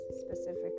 specific